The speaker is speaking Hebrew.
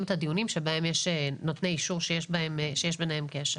את הדיונים שבהם יש נותני אישור שיש ביניהם קשר.